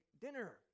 dinner